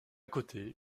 côté